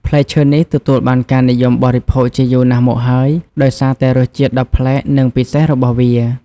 ផ្លែឈើនេះទទួលបានការនិយមបរិភោគជាយូរណាស់មកហើយ ដោយសារតែរសជាតិដ៏ប្លែក និងពិសេសរបស់វា។